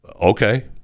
okay